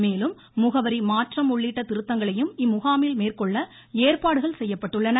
மேலும் முகவரி மாற்றம் உள்ளிட்ட திருத்தங்களையும் இம்முகாமில் மேற்கொள்ள ஏற்பாடுகள் செய்யப்பட்டுள்ளன